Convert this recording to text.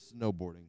snowboarding